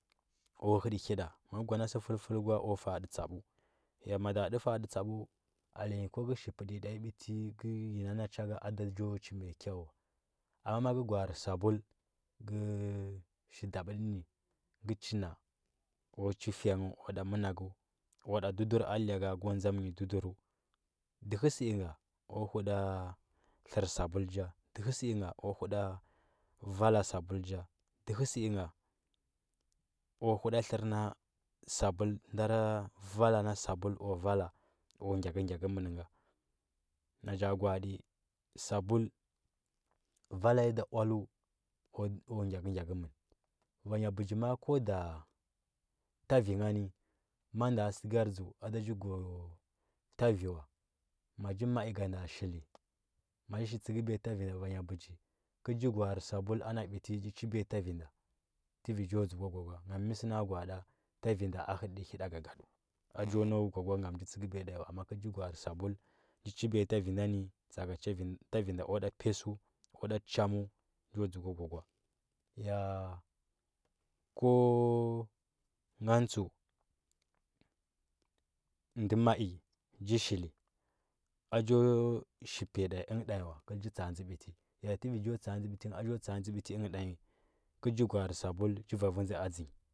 Kwa hətə həda maka gwa na sə fəl fəla kwa kala fa, atə tsabu ya mada tə fa. atə tsabu alenyi ko ka shi pito nyi tanyi biti ka yena ana cha ka ado chi mai kwau wa amma mo ka gware sabul ka dabtə nv kwa chi fəngh kwa da manakə kwa da chuduru dəhə səinga ku huda tlar sabul cha, dəhv səinga vala sabul nja, dəht səinga ku huda tlar na sabulndara vala na sabu kwa vala ku gyakə gyakəmən ng ava nya bəgi ma. a ko da ta vi ngani ma nndea səkar dz ada cha go ta vi was hi tsikəbiya ta vi nda vanya pichi kəl cha gware sabul ana biti cha chi biya ta vi nda təvi cho dzukwa gwa. Kwa, ngam mə səna ga. atə ta vi nda a hətə tə həda gagada a chon au gwa ngam nja tsikəbiya ta nyi wa ma cha kə gwanarə sabul ga chibiya takin da ni tsa. akar tavi kwa pəszu chaməu ko dzuka gwa kway a ko ngan tsəu nde mai jə shili ajo shi piya tanyi engə wa kal cha shili tsa, adze biti ya a cho tsa. adze biti znge tanyi kəl cha gwarare sabul cha vavidzə dzənyi.